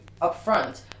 upfront